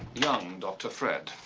young dr. fred.